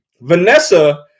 Vanessa